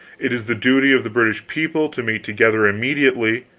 it is the duty of the british people to meet together immediately,